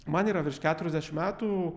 man yra virš keturiasdešim metų